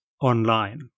online